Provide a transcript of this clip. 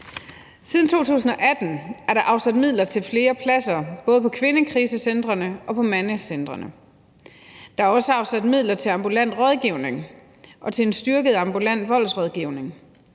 Siden 2018 er der afsat midler til flere pladser, både på kvindekrisecentrene og på mandekrisecentrene. Der er også afsat midler til ambulant rådgivning og til en styrket ambulant voldsrådgivning.